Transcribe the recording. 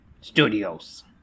Studios